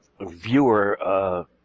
viewer